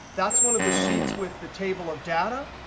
that's one of the sheets with the table of data.